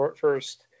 first